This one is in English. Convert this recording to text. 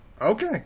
Okay